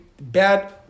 bad